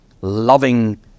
loving